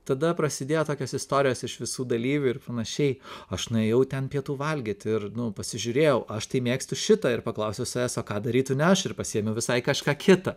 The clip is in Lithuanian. tada prasidėjo tokios istorijos iš visų dalyvių ir panašiai aš nuėjau ten pietų valgyt ir pasižiūrėjau aš tai mėgstu šitą ir paklausiau savęs o ką darytų ne aš ir pasiėmiau visai kažką kitą